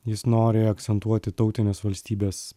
jis nori akcentuoti tautinės valstybės